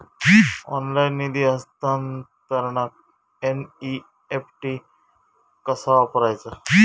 Online निधी हस्तांतरणाक NEFT कसा वापरायचा?